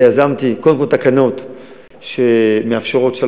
ויזמתי קודם כול תקנות שמאפשרות שהות